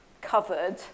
covered